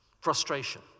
frustration